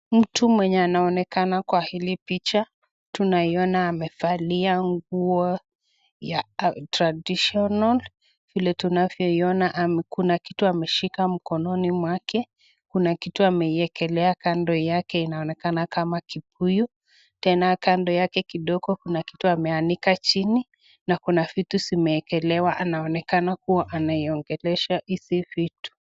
Mtu anayeonekana kwa hili picha tunaona amevalia nguo ya traditional vile tunavyoiona kuna kitu ameshika mkononi mwake kuna kitu ameiekelea kando yake inaonekana kama kibuyu tena kando yake kidogo kuna kitu ameanika chini na kuna vitu zimeekelewa anaonekana kuwa anaongelesha hivi vitu.